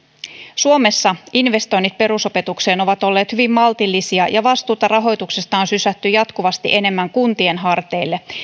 suomessa investoinnit perusopetukseen ovat olleet hyvin maltillisia ja vastuuta rahoituksesta on sysätty jatkuvasti enemmän kuntien harteille